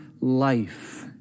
life